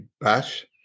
bash